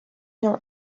nor